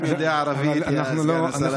אתה גם יודע ערבית, יא סגן השרה.